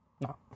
No